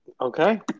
Okay